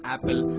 Apple